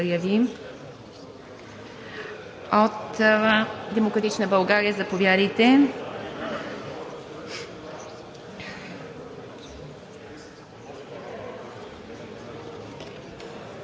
Благодаря Ви. От „Демократична България“ – заповядайте.